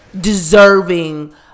deserving